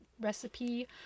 recipe